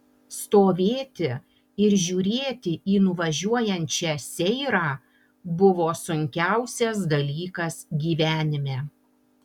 stovėti ir žiūrėti į nuvažiuojančią seirą buvo sunkiausias dalykas gyvenime